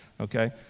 okay